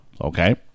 okay